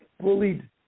bullied